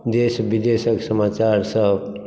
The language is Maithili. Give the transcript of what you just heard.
देश विदेशक समाचार सभ